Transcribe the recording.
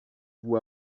vous